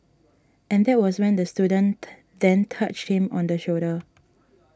and that was when the student then touched him on the shoulder